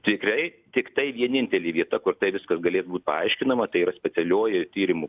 tikrai tiktai vienintelė vieta kur tai viskas galėtų būt paaiškinama tai yra specialioji tyrimų